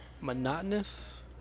Monotonous